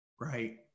Right